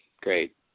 great